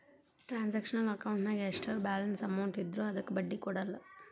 transactional ಅಕೌಂಟಿನ್ಯಾಗ ಎಷ್ಟರ balance amount ಇದ್ರೂ ಅದಕ್ಕ ಬಡ್ಡಿ ಕೊಡಲ್ಲ